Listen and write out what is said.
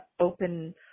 open